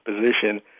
position